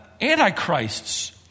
antichrists